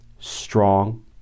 strong